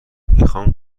میخان